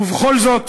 ובכל זאת